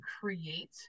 create